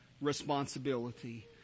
responsibility